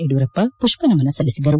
ಯಡಿಯೂರಪ್ಪ ಪುಷ್ಪನಮನ ಸಲ್ಲಿಸಿದರು